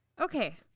Okay